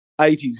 80s